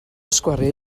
sgwariau